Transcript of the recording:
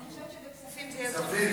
אני חושבת שלכספים זה יהיה טוב יותר.